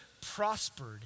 prospered